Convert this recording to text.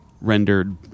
rendered